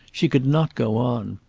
she could not go on.